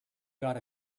got